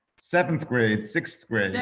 seventh grade, sixth grade. yeah